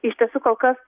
iš tiesų kol kas